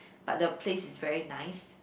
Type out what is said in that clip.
but the place is very nice